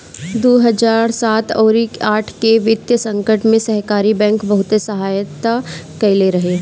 दू हजार सात अउरी आठ के वित्तीय संकट में सहकारी बैंक बहुते सहायता कईले रहे